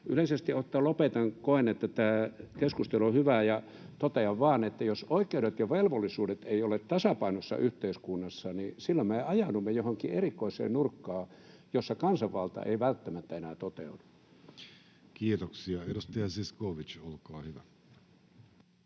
Yleisesti ottaen — lopetan — koen, että tämä keskustelu on hyvää, ja totean vaan, että jos oikeudet ja velvollisuudet eivät ole tasapainossa yhteiskunnassa, niin silloin me ajaudumme johonkin erikoiseen nurkkaan, jossa kansanvalta ei välttämättä enää toteudu. Kiitoksia. — Edustaja Zyskowicz, olkaa hyvä.